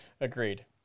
Agreed